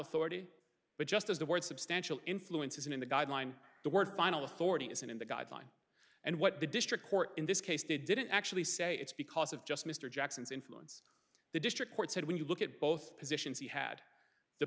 authority but just as the word substantial influence isn't in the guideline the word final authority isn't in the guideline and what the district court in this case did didn't actually say it's because of just mr jackson's influence the district court said when you look at both positions he had the